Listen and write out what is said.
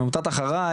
עם עמותת אחריי,